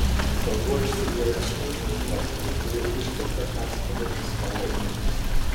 vanduo išsilieja sraunia upe kuri užkerta persekiotojams kelią vytis